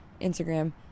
Instagram